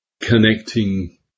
connecting